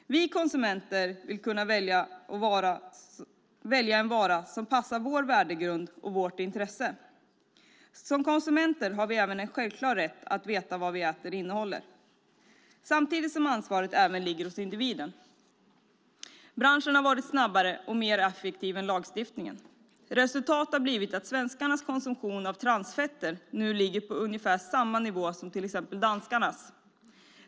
Vi konsumenter vill välja en vara som passar vår värdegrund och vårt intresse. Som konsumenter har vi även en självklar rätt att veta vad det vi äter innehåller samtidigt som ansvaret även ligger hos individen. Branschen har varit snabbare och mer effektiv än lagstiftningen. Resultatet har blivit att svenskarnas konsumtion av transfetter nu ligger på ungefär samma nivå som till exempel danskarnas.